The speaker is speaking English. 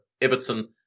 Ibbotson